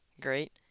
great